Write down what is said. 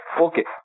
okay